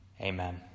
Amen